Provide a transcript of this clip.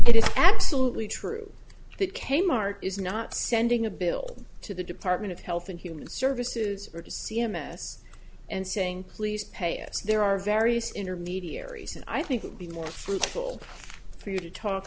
it is absolutely true that kmart is not sending a bill to the department of health and human services or to c m s and saying please pay us there are various intermediaries and i think it would be more fruitful for you to talk